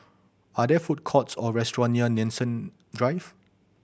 are there food courts or restaurant near Nanson Drive